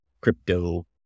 crypto